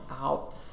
out